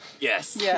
Yes